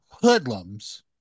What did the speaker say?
hoodlums